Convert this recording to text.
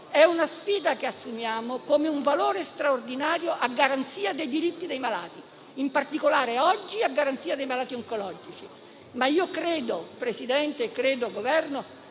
È una sfida che assumiamo come un valore straordinario, a garanzia dei diritti dei malati, in particolare oggi dei malati oncologici. Signor Presidente, rappresentanti